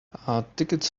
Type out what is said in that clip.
tickets